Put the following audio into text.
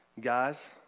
Guys